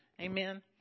Amen